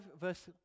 verse